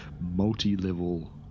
multi-level